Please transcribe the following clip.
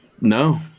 No